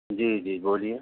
جی جی بولیے